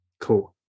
cool